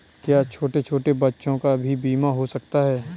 क्या छोटे छोटे बच्चों का भी बीमा हो सकता है?